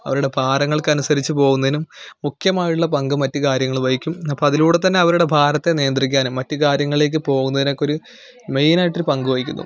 അവരുടെ ഭാരങ്ങൾക്കനുസരിച്ച് പോകുന്നതിനും മുഖ്യമായിട്ടുള്ള പങ്കും മറ്റു കാര്യങ്ങളും വഹിക്കും അപ്പം അതിലൂടെ തന്നെ അവരുടെ ഭാരത്തെ നിയന്ത്രിക്കാനും മറ്റ് കാര്യങ്ങളിലേക്ക് പോകുന്നതിനൊക്കെ ഒരു മെയിൻ ആയിട്ടൊരു പങ്ക് വഹിക്കുന്നു